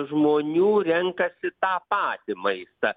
žmonių renkasi tą patį maistą